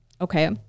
Okay